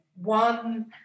one